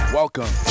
welcome